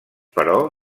però